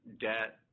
debt